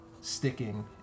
sticking